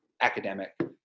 academic